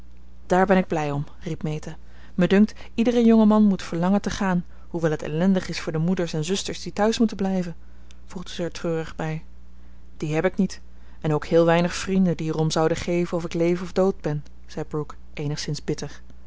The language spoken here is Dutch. daar ben ik blij om riep meta me dunkt iedere jonge man moet verlangen te gaan hoewel het ellendig is voor de moeders en zusters die thuis moeten blijven voegde ze er treurig bij die heb ik niet en ook heel weinig vrienden die er om zouden geven of ik leef of dood ben zei brooke eenigszins bitter